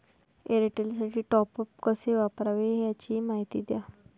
एअरटेलसाठी टॉपअप कसे करावे? याची माहिती द्या